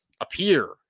appear